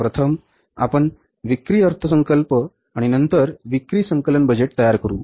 प्रथम आपण विक्री अर्थसंकल्प आणि नंतर विक्री संकलन बजेट तयार करू